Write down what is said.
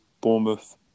Bournemouth